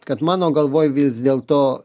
kad mano galvoj vis dėlto